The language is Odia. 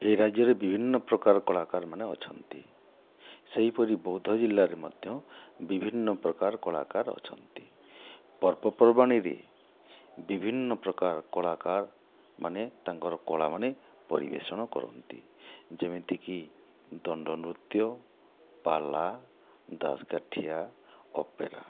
ଏହି ରାଜ୍ୟରେ ବିଭିନ୍ନ ପ୍ରକାର କଳାକାରମାନେ ଅଛନ୍ତି ସେହିପରି ବୌଦ୍ଧ ଜିଲ୍ଲାରେ ମଧ୍ୟ ବିଭିନ୍ନ ପ୍ରକାର କଳାକାର ଅଛନ୍ତି ପର୍ବପର୍ବାଣିରେ ବିଭିନ୍ନ ପ୍ରକାର କଳାକାରମାନେ ତାଙ୍କର କଳାମାନେ ପରିବେଷଣ କରନ୍ତି ଯେମିତିକି ଦଣ୍ଡନୃତ୍ୟ ପାଲା ଦାସକାଠିଆ ଅପେରା